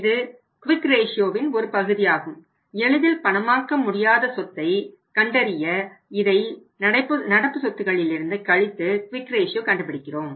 இது க்விக் ரேஷியோவின் கண்டுபிடிக்கிறோம்